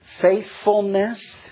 faithfulness